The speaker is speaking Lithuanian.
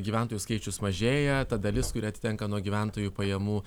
gyventojų skaičius mažėja ta dalis kuri atitenka nuo gyventojų pajamų